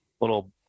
little